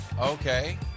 Okay